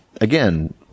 again